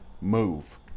move